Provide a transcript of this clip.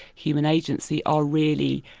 human agency, are really